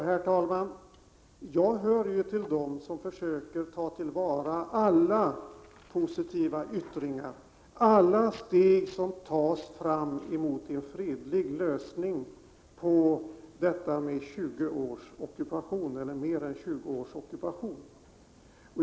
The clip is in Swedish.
Herr talman! Jag hör till dem som försöker ta till vara alla positiva yttringar, alla steg på vägen mot en fredlig lösning av den mer än 20-åriga ockupationen.